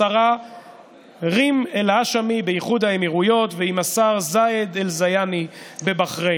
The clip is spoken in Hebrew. השרה רים אל-האשמי באיחוד האמירויות והשר זאיד אל-זיאני בבחריין.